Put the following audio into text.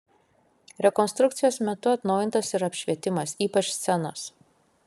rekonstrukcijos metu atnaujintas ir apšvietimas ypač scenos